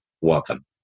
welcome